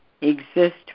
exist